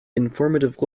informative